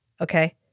okay